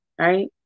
right